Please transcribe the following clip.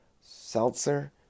seltzer